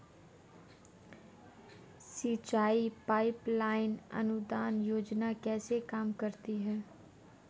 सिंचाई pipeline अनुदान योजना कैसे काम करती है?